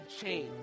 change